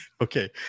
okay